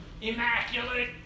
immaculate